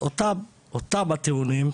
אותם הטיעונים,